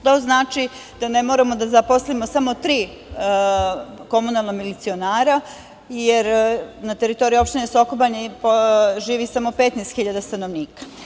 To znači da ne moramo da zaposlimo samo tri komunalna milicionera, jer na teritorije Opštine Soko Banja živi samo 15.000 stanovnika.